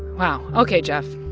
wow. ok, geoff,